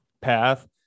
path